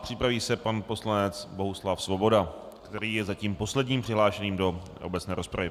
Připraví se pan poslanec Bohuslav Svoboda, který je zatím posledním přihlášeným do obecné rozpravy.